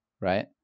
Right